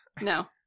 No